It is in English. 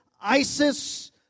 ISIS